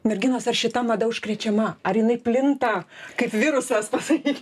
merginos ar šita mada užkrečiama ar jinai plinta kaip virusas pasaky